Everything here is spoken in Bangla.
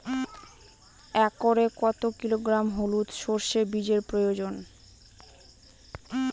একরে কত কিলোগ্রাম হলুদ সরষে বীজের প্রয়োজন?